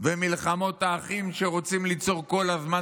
ומלחמות האחים שרוצים ליצור כל הזמן